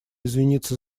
извиниться